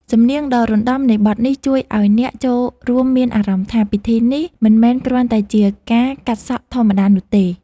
សំនៀងដ៏រណ្តំនៃបទនេះ ជួយឱ្យអ្នកចូលរួមមានអារម្មណ៍ថា ពិធីនេះមិនមែនគ្រាន់តែជាការកាត់សក់ធម្មតានោះទេ